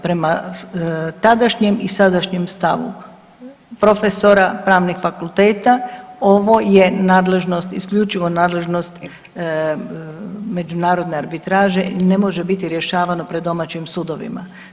Prema tadašnjem i sadašnjem stavu profesora pravnih fakulteta ovo je nadležnost, isključivo nadležnost međunarodne arbitraže i ne može biti rješavano pred domaćim sudovima.